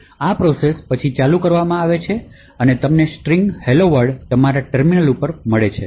આ પ્રોસેસ પછી ચાલુ કરવામાં આવે છે અને તમને સ્ટ્રિંગ "hello world" તમારા ટેર્મિનલ પર મળશે